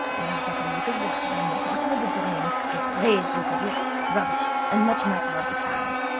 there was but little water, and the bottom of the drain was raised with brick, rubbish, and much matter of the kind.